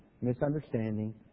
misunderstanding